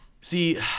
see